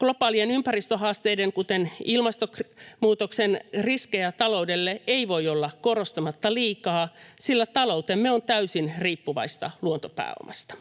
Globaalien ympäristöhaasteiden, kuten ilmastonmuutoksen, riskejä taloudelle ei voi olla korostamatta liikaa, sillä taloutemme on täysin riippuvaista luontopääomasta.